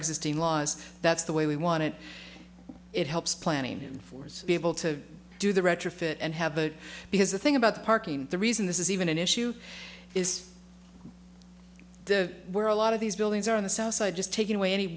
existing laws that's the way we want it it helps planning force be able to do the retrofit and have it because the thing about parking the reason this is even an issue is the were a lot of these buildings are on the south side just taking away any